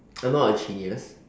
I'm not a genius